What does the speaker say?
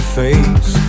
face